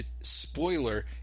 spoiler